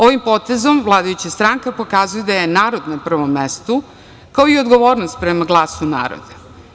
Ovim potezom vladajuća stranka pokazuje da je narod na prvom mestu, kao i odgovornost prema glasu naroda.